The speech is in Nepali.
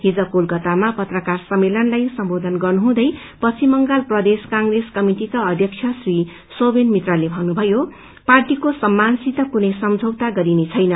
हिज कलकतामा पत्रकार सम्पेलनलाई सम्बोधन गर्नुहुँदै पश्चिम बंगाल प्रदेश कप्रेस कमिटिका अध्यक्ष श्री सौमेन मित्राले भन्नुभयो पार्टीको सम्मानसित कुनै सम्झौता गरिनेछैन